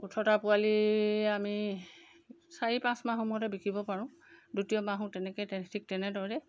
উঠৰটা পোৱালি আমি চাৰি পাঁচমাহৰ মূৰতে বিকিব পাৰোঁ দ্বিতীয় বাহো তেনেকৈ ঠিক তেনেদৰে